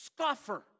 scuffer